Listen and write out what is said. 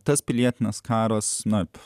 tas pilietinis karas net